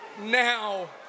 Now